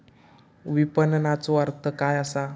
विपणनचो अर्थ काय असा?